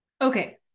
Okay